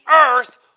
earth